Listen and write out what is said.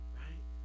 right